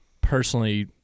personally